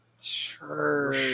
Sure